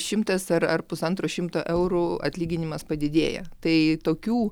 šimtas ar ar pusantro šimto eurų atlyginimas padidėja tai tokių